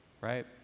right